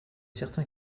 certain